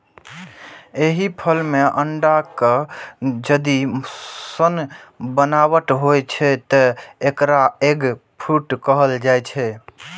एहि फल मे अंडाक जर्दी सन बनावट होइ छै, तें एकरा एग फ्रूट कहल जाइ छै